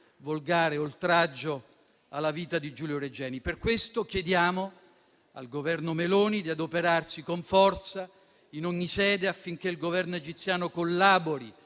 volgare oltraggio alla vita di Giulio Regeni. Per questo chiediamo al Governo Meloni di adoperarsi con forza in ogni sede affinché il Governo egiziano collabori